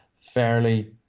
fairly